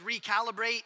recalibrate